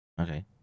Okay